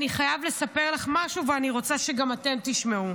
אני חייב לספר לך משהו ואני רוצה שגם אתם תשמעו.